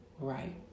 right